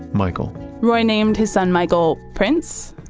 michael roy named his son michael, prince,